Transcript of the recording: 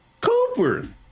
Cooper